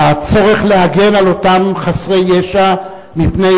הצורך להגן על אותם חסרי ישע מפני